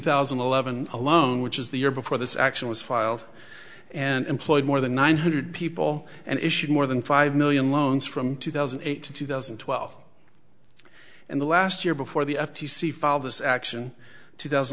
thousand and eleven alone which is the year before this action was filed and employed more than nine hundred people and issued more than five million loans from two thousand and eight to two thousand and twelve in the last year before the f t c filed this action two thousand